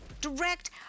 direct